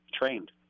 trained